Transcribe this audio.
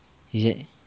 is it